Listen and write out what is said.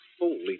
Holy